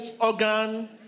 organ